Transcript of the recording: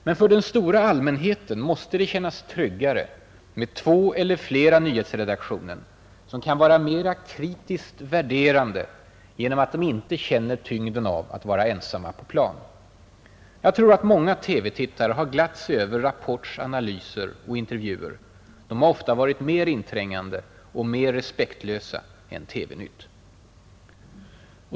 Men för den stora allmänheten måste det kännas tryggare med två eller fler nyhetsredaktioner, som kan vara mera kritiskt värderande genom att de inte känner tyngden av att vara ensamma på plan. Jag tror att många TV-tittare har glatt sig över Rapports analyser och intervjuer — de har ofta varit mer inträngande och mer respektlösa än TV-Nytt.